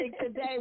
today